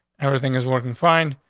everything is working fine.